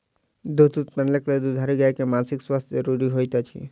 दूध उत्पादनक लेल दुधारू गाय के मानसिक स्वास्थ्य ज़रूरी होइत अछि